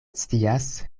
scias